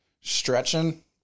Stretching